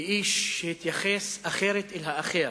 כאיש שהתייחס אחרת אל האחר,